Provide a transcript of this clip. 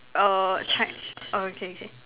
err check oh okay okay